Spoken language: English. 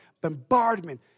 bombardment